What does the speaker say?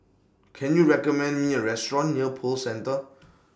Can YOU recommend Me A Restaurant near Pearl Centre